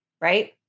right